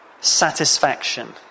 satisfaction